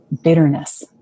bitterness